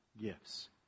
gifts